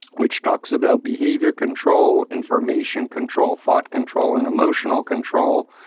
which talks about behavior control, information control, thought control and emotional control.